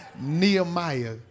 Nehemiah